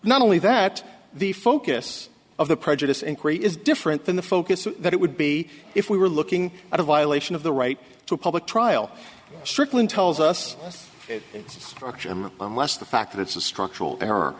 not only that the focus of the prejudice inquiry is different than the focus that it would be if we were looking at a violation of the right to a public trial strickland tells us it unless the fact that it's a structural error